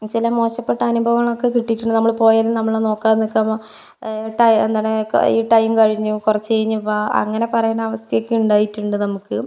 ചില മോശപ്പെട്ട അനുഭവങ്ങളക്കെ കിട്ടിയിട്ടുണ്ട് നമ്മള് പോയാലും നമ്മളെ നോക്കാതെ നിക്കാമ ടൈ എന്താണ് ഈ ടൈം കഴിഞ്ഞു കുറച്ച് കഴിഞ്ഞു വാ അങ്ങനെ പറയുന്ന അവസ്ഥയൊക്കെ ഉണ്ടായിട്ടുണ്ട് നമുക്ക്